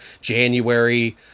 January